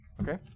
Okay